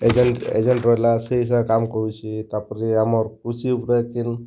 agent agent ରହିଲା ସେଇ ହିସାବରେ କାମ୍ କରୁଛି ତା'ପରେ ଆମର୍ କୃଷି ଉପକାର୍ କିନ୍